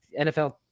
NFL